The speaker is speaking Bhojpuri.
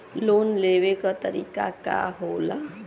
लोन लेवे क तरीकाका होला?